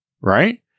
Right